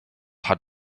had